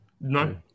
No